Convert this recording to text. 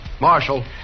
Marshal